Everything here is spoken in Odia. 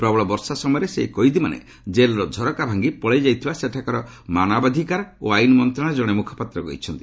ପ୍ରବଳ ବର୍ଷା ସମୟରେ ସେହି କଏଦୀମାନେ କେଲର ଝରକା ଭାଙ୍ଗି ପଳାଇ ଯାଇଥିବା ସେଠାକାର ମାନବାଧିକାର ଓ ଆଇନ୍ ମନ୍ତ୍ରଶାଳୟର ଜଣେ ମ୍ରଖପାତ୍ର କହିଛନ୍ତି